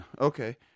Okay